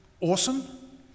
Awesome